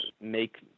make